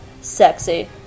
sexy